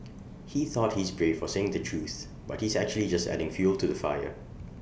he thought he's brave for saying the truth but he's actually just adding fuel to the fire